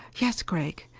yes, gregg.